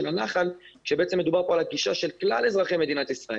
הנחל כשבעצם מדובר כאן על הגישה של כלל אזרחי מדינת ישראל.